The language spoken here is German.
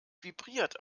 vibriert